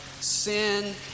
sin